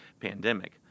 pandemic